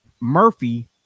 Murphy